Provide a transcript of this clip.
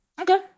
Okay